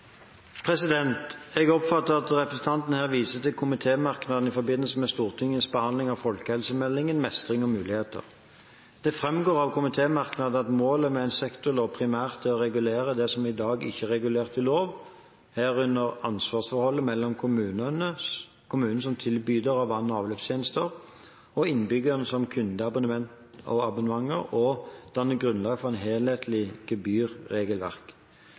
Jeg oppfatter at representanten her viser til komitémerknaden i forbindelse med Stortingets behandling av «Folkehelsemeldingen: Mestring og muligheter». Det framgår av komitémerknaden at målet med en sektorlov primært er å regulere det som i dag ikke er regulert i lov, herunder ansvarsforholdet mellom kommunen som tilbyder av vann- og avløpstjenester og innbyggerne som kunder av abonnementet, og danne grunnlag for et helhetlig gebyrregelverk.